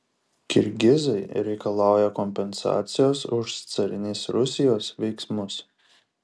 kirgizai reikalauja kompensacijos už carinės rusijos veiksmus